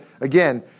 again